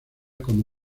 como